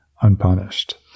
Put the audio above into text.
unpunished